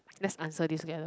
let's answer this together